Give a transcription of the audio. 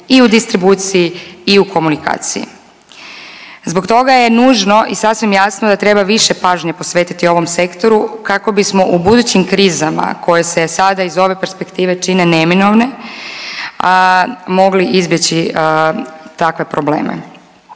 i u distribuciji i u komunikaciji. Zbog toga je nužno i sasvim jasno da treba više pažnje posvetiti ovom sektoru kako bismo u budućim krizama koje se sada iz ove perspektive čine neminovne mogli izbjeći takve probleme.